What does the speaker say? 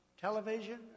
television